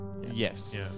Yes